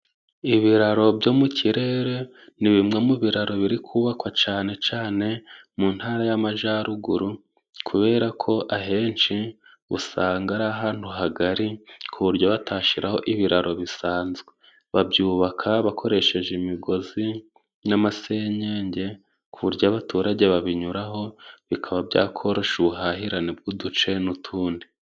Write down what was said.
Ibiraro byo mu kirere ni bimwe mu biraro biri kubakwa cyane cyane mu ntara y'amajyaruguru, kubera ko ahenshi usanga ari ahantu hagari ku buryo batashyiraho ibiraro bisanzwe, babyubaka bakoresheje imigozi n'amasenyege ku buryo abaturage babinyuraho bikaba byakoroshya ubuhahirane bw'uduce n'utundi.